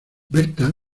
berta